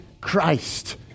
Christ